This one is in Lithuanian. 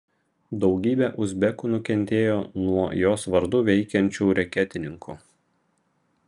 daugybė uzbekų nukentėjo nuo jos vardu veikiančių reketininkų